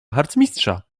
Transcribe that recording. harcmistrza